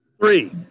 Three